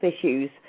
issues